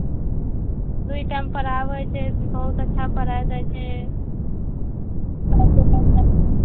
दू टाइम पढ़ाबै छै बहुत अच्छा पढ़ाए दै छै